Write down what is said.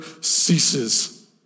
ceases